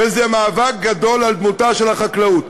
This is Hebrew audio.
וזה מאבק גדול על דמותה של החקלאות.